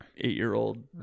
Eight-year-old